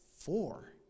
four